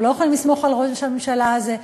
אנחנו לא יכולים לסמוך על ראש הממשלה הזה,